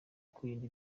kwirinda